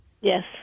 Yes